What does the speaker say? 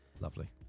Lovely